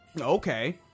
Okay